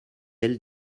aile